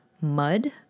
mud